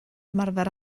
ymarfer